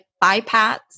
bypass